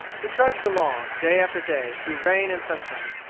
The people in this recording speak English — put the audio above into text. he trudged along, day after day, through rain and sunshine,